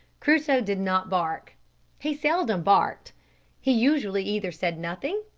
crusoe did not bark he seldom barked he usually either said nothing,